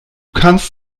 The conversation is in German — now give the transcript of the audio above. kannst